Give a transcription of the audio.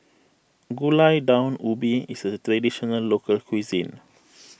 Gulai Daun Ubi is a Traditional Local Cuisine